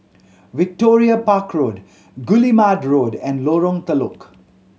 Victoria Park Road Guillemard Road and Lorong Telok